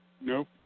No